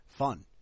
fun